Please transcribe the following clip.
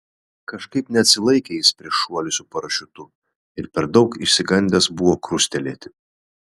kažkaip neatsilaikė jis prieš šuolį su parašiutu ir per daug išsigandęs buvo krustelėti